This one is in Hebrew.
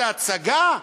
זו הצגה?